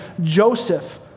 Joseph